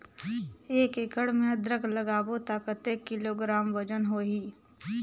एक एकड़ मे अदरक लगाबो त कतेक किलोग्राम वजन होही?